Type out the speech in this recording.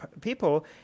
people